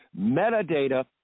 Metadata